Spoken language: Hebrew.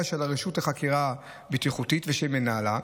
של הרשות לחקירה בטיחותית ושל מנהלה,